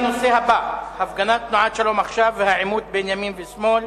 הבא: הפגנת תנועת "שלום עכשיו" והעימות בין הימין והשמאל,